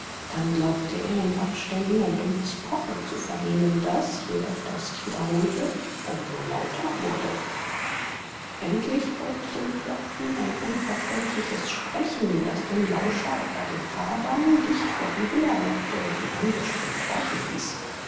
dann glaubte er in abständen ein dumpfes pochen zu vernehmen das je öfter es sich wiederholte um so lauter wurde endlich folgte dem klopfen ein unverständliches sprechen das den lauscher über den fahrdamm dicht vor die villa lockte und ihn angestrengt horchen ließ